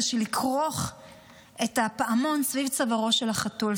של לכרוך את הפעמון סביב צווארו של החתול,